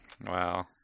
Wow